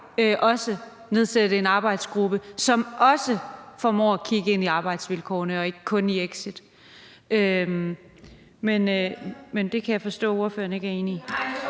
vi nedsætte en arbejdsgruppe, som også formår at kigge ind i arbejdsvilkårene og ikke kun på muligheder for exit, men det kan jeg forstå ordføreren ikke er enig i.